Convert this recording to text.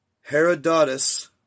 Herodotus